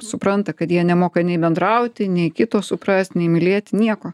supranta kad jie nemoka nei bendrauti nei kito suprast nei mylėti nieko